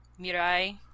Mirai